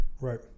Right